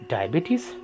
Diabetes